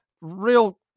real